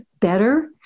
better